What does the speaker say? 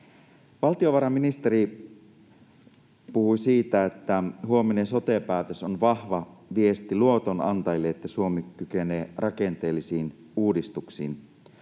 Valtiovarainministeri puhui siitä, että huominen sote-päätös on vahva viesti luotonantajille siitä, että Suomi kykenee rakenteellisiin uudistuksiin.